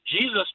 Jesus